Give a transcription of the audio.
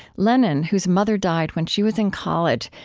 lennon, whose mother died when she was in college,